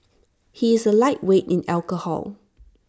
he is A lightweight in alcohol